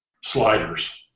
sliders